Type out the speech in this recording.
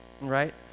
Right